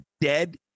dead